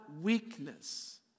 weakness